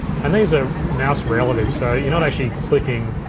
and these are mouse relative, so you're not actually clicking,